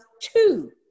two